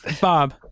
Bob